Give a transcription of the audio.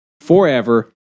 forever